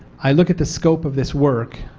i look at the scope of this work,